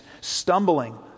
stumbling